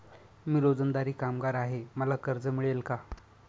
मी रोजंदारी कामगार आहे मला कर्ज मिळेल का?